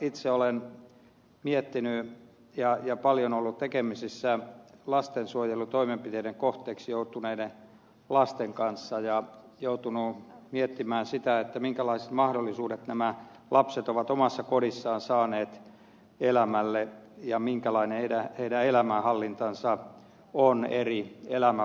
itse olen miettinyt ja paljon ollut tekemisissä lastensuojelutoimenpiteiden kohteeksi joutuneiden lasten kanssa ja joutunut miettimään sitä minkälaiset mahdollisuudet nämä lapset ovat omassa kodissaan saaneet elämälle ja minkälainen heidän elämänhallintansa on eri elämänvaiheissa